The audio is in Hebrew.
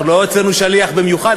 אנחנו לא הוצאנו שליח במיוחד,